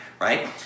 right